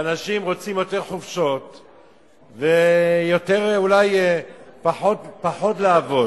ואנשים רוצים יותר חופשות ואולי פחות לעבוד.